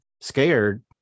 scared